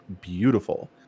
beautiful